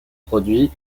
produit